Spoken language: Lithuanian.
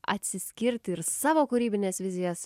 atsiskirti ir savo kūrybines vizijas